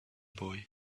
boy